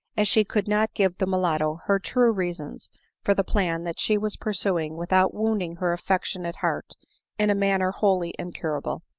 as she could not give the mulatto her true reasons for the plan that she was pursuing without wounding her affectionate heart in a manner wholly incurable.